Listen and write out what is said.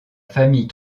famille